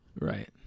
right